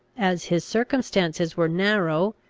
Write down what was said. as his circumstances were narrow,